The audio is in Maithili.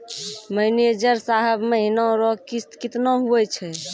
मैनेजर साहब महीना रो किस्त कितना हुवै छै